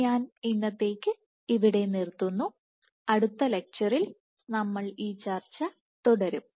ഞാൻ ഇന്നത്തേക്ക് ഇവിടെ നിർത്തുന്നു അടുത്ത ലെക്ച്ചറിൽ നമ്മൾ ഈ ചർച്ച തുടരും